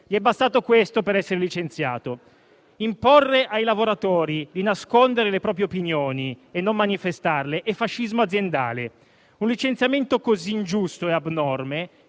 Gli è bastato questo per essere licenziato. Imporre ai lavoratori di nascondere le proprie opinioni e non manifestarle è fascismo aziendale. Un licenziamento così ingiusto e abnorme